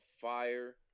fire